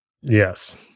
Yes